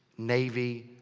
navy.